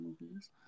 movies